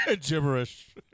Gibberish